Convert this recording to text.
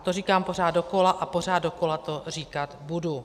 To říkám pořád dokola a pořád dokola to říkat budu.